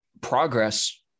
progress